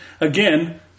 again